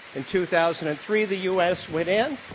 in two thousand and three, the u. s. went in,